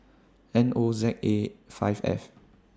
N O Z A five F